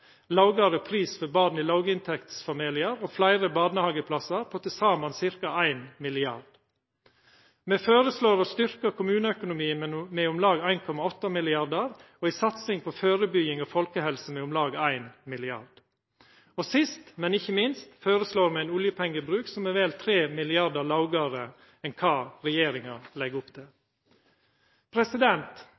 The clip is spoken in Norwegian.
lågare pris for barn i låginntektsfamiliar og fleire barnehageplassar på til saman ca. 1 mrd. kr. Me føreslår å styrkja kommuneøkonomien med om lag 1,8 mrd.kr og ei satsing på førebygging og folkehelse på om lag 1 mrd. kr. Sist, men ikkje minst, føreslår me ein oljepengebruk som er vel 3 mrd. kr lågare enn det regjeringa legg opp